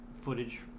footage